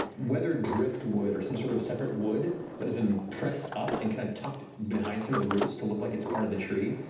weathered driftwood or sort of separate wood that has been pressed up and kind of tucked behind some of the roots to look like it's part of the tree.